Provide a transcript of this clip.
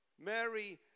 Mary